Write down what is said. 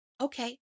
Okay